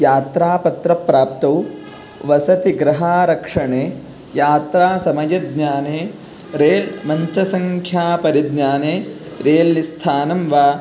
यात्रापत्रप्राप्तौ वसति गृहारक्षणे यात्रासमयज्ञाने रेल् मञ्चसङ्ख्यापरिज्ञाने रेल्निस्थानं वा